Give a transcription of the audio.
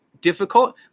difficult